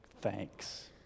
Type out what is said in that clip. thanks